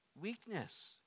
weakness